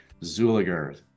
Zuliger